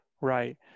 Right